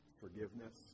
forgiveness